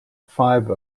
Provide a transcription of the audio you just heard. five